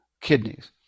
kidneys